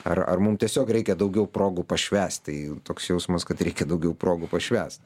ar ar mum tiesiog reikia daugiau progų pašvęst tai toks jausmas kad reikia daugiau progų pašvęst